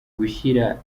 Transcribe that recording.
gushyira